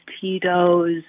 Tito's